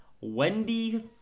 Wendy